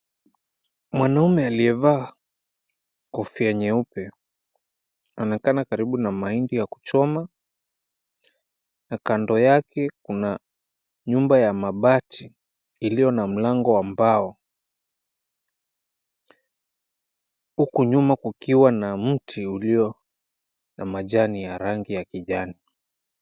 Mwanaume aliyevaa kofia nyeupe snaonekana karibu na mahindi ya kuchoma na kando yake kuna nyumba ya mabati, iliyo na mlango ya mbao. Huku nyuma kukiwa na mti ulio na majani ya rangi ya kijani.